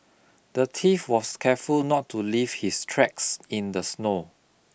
the thief was careful not to leave his tracks in the snow